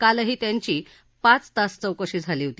कालही त्यांची पाच तास चौकशी झाली होती